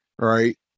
Right